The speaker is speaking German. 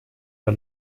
der